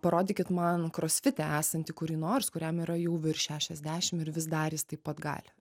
parodykit man krosfite esantį kurį nors kuriam yra jau virš šešiasdešim ir vis dar jis taip pat gali